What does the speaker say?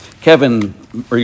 Kevin